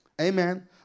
Amen